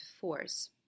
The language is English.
force